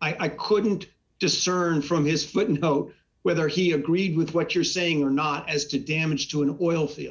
i couldn't discern from his footnote whether he agreed with what you're saying or not as to damage to an oil field